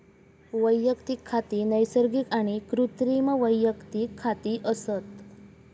वैयक्तिक खाती नैसर्गिक आणि कृत्रिम वैयक्तिक खाती असत